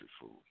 food